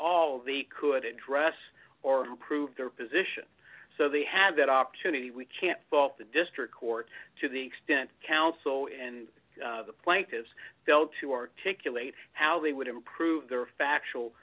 all the could address or improve their position so they had that opportunity we can't fault the district court to the extent counsel and the plaintiffs to articulate how they would improve their factual